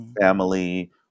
family